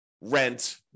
rent